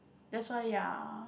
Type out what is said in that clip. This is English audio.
that's why ya